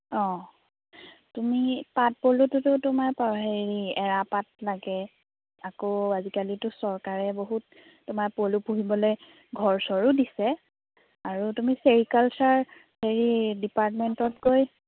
অঁ তুমি পাট পলুটোতো তোমাৰ পা হেৰি এৰাপাত লাগে আকৌ আজিকালিতো চৰকাৰে বহুত তোমাৰ পলু পুহিবলৈ ঘৰ চৰো দিছে আৰু তুমি ছেৰিকালচাৰ হেৰি ডিপাৰ্টমেণ্টত গৈ